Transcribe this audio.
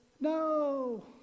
No